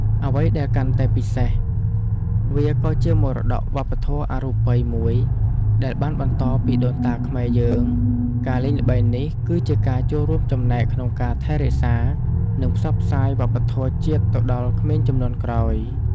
អ្វីដែលកាន់តែពិសេស វាក៏ជាមរតកវប្បធម៌អរូបីមួយ ដែលបានបន្តពីដូនតាខ្មែរយើង ការលេងល្បែងនេះ គឺជាការចូលរួមចំណែកក្នុងការថែរក្សា និងផ្សព្វផ្សាយវប្បធម៌ជាតិទៅដល់ក្មេងជំនាន់ក្រោយ។